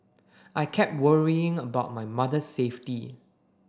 I kept worrying about my mother's safety